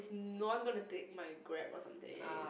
no one gonna take my Grab or something